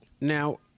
Now